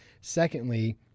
Secondly